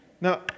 Now